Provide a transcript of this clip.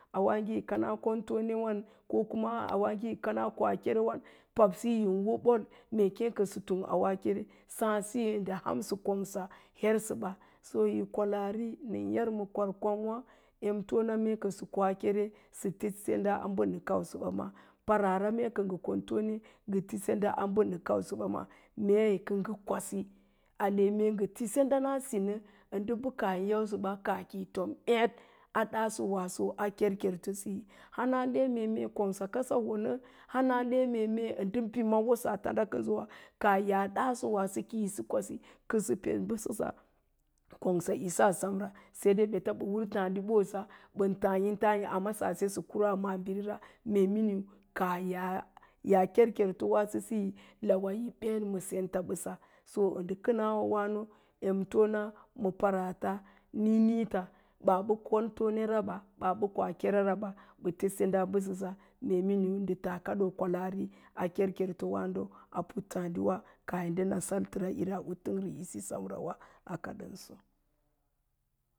kana kon tonewan kokuma hana yi kana koa kerewan paɓisi yi wo ɓol mee kéé kəsə tung auwe a kere, sáád siyo ndə kongsa hersə ba so yi kwalaari nən yar ma kwar kwang'wá, emtəna mee kəsə koa kere, sə ti senda a mbə nə kausə ɓa maa, paraara pe mee kə ngə kon tone, ngə ti senda a mbə nə kausəɓa maa ale kə ngə kwasi, ale mee ngə ti sendan a si, ə ndə bə kaah yin yausə bə, kaah ki yi tom béɗ a ɗasso waaso a kerkerto suyo hana keme mee kongsa kasa wono, hana leme ndə hanabi yi wosə a tanda kənsowa, kaah yaa daasowaaso ki yi sə kwasi kə sə peɗ mbəsəsa kongsa'isa semra, sai dai ɓeta ɓə wər tááɗi bosa bən tááyin tááyi amma sə kuraa a maabiri ra mee minin kaah yaa kerkerto waaso siyo lawa kaah yi béd ma senta ɓəsa so ndə kənaawo wano emtona ma paraats níínííta baa ɓə kon tone ra bə, ma bəə ɓa koa kerara ɓa ɓa ti senda a mbəsəsa mee miniu ɓə tas kadoo kwahaariwa a kerkerwááɗo a puttáádiwa, kaah yi ndə na sattəra'ira u təngre'isi semra wa akadənso